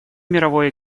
мировой